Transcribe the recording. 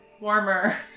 Warmer